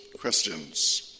questions